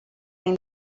این